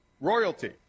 Royalty